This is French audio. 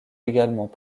également